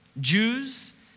Jews